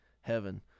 heaven